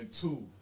two